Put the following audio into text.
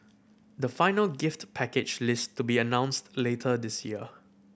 the final gift package list to be announced later this year